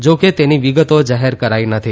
જા કે તેની વિગતો જાહેર કરાઇ નથી